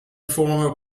former